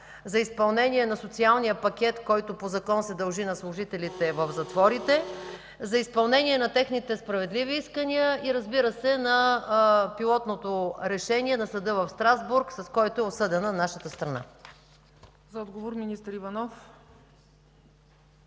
за изпълнение на социалния пакет, който по Закон се дължи на служителите в затворите, за изпълнение на техните справедливи искания и, разбира се, на пилотното решение на Съда в Страсбург, с което е осъдена нашата страна? ПРЕДСЕДАТЕЛ ЦЕЦКА